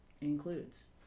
includes